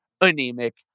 anemic